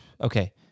Okay